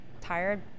tired